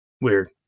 Weird